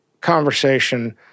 conversation